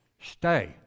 stay